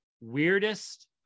weirdest